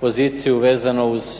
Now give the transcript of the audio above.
poziciju vezano uz